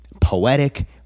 poetic